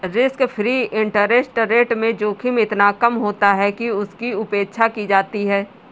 risk free interest rate में जोखिम इतना कम होता है कि उसकी उपेक्षा की जाती है